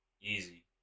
Easy